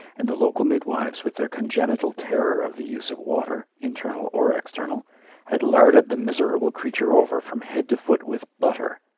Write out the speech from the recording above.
and the local midwives, with their congenital terror of the use of water internal or external had larded the miserable creature over from head to foot with butter,